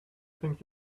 think